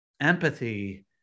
empathy